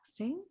texting